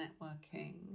networking